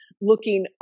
looking